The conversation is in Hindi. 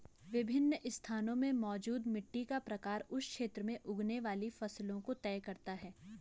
विभिन्न स्थानों में मौजूद मिट्टी का प्रकार उस क्षेत्र में उगने वाली फसलों को तय करता है